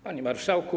Panie Marszałku!